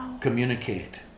communicate